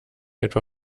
etwa